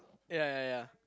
ya ya ya